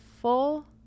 full